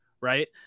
right